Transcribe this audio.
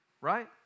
right